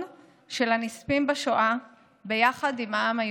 של הנספים בשואה ביחד עם העם היהודי,